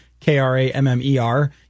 K-R-A-M-M-E-R